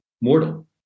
mortal